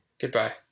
Goodbye